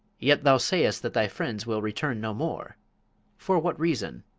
yet thou sayest that thy friends will return no more for what reason?